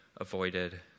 avoided